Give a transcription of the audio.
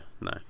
no